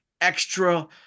extra